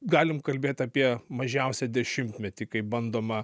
galim kalbėt apie mažiausią dešimtmetį kai bandoma